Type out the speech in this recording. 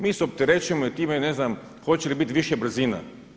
Mi se opterećujemo time i ne znam, hoće li biti više brzina.